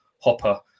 Hopper